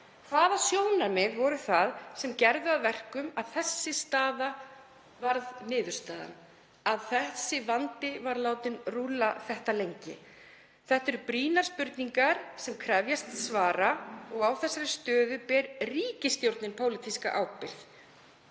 Hvaða sjónarmið voru það sem gerðu að verkum að þessi staða varð niðurstaðan, að þessi vandi var látinn rúlla þetta lengi? Þetta eru brýnar spurningar sem krefjast svara og á þeirri stöðu ber ríkisstjórnin pólitíska ábyrgð.